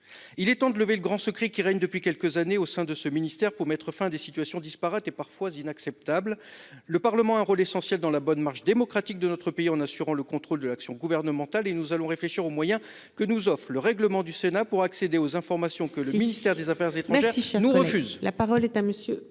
Il est temps de lever le grand secret qui règne depuis quelques années au sein de ce ministère pour mettre fin à des situations disparates et parfois inacceptables. Le Parlement joue un rôle essentiel dans la bonne marche démocratique de notre pays en assurant le contrôle de l'action gouvernementale ... Veuillez conclure, mon cher collègue. ... et nous allons réfléchir aux moyens que nous offre le règlement du Sénat pour accéder aux informations que le ministère de l'Europe et des affaires étrangères nous refuse.